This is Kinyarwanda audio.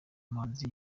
muhanzi